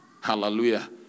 Hallelujah